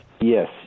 Yes